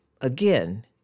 again